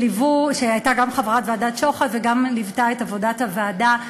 שהייתה גם חברת ועדת שוחט וגם ליוותה את עבודת הוועדה.